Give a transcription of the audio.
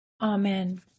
Amen